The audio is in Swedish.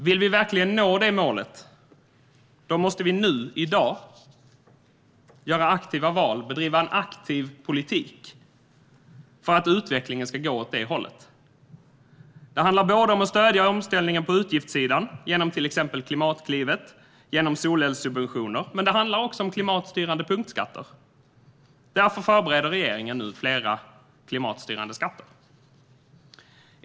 Om vi verkligen vill nå det målet måste vi nu, i dag, göra aktiva val och bedriva en aktiv politik för att utvecklingen ska gå åt det hållet. Det handlar om att stödja omställningen på utgiftssidan genom till exempel Klimatklivet och solelssubventioner, men det handlar också om klimatstyrande punktskatter. Därför förbereder regeringen nu flera klimatstyrande skatter.